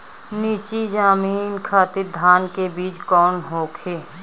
नीची जमीन खातिर धान के बीज कौन होखे?